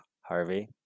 harvey